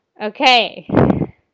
Okay